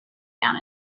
down